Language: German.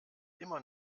immer